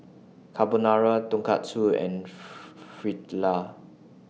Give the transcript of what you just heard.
Carbonara Tonkatsu and Fritada